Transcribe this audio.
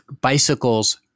bicycles